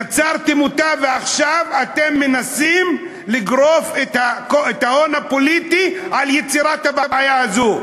יצרתם אותה ועכשיו אתם מנסים לגרוף את ההון הפוליטי מיצירת הבעיה הזאת.